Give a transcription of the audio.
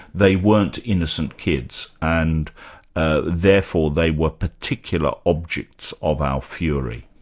they weren't innocent kids, and ah therefore they were particular objects of our fury.